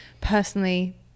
personally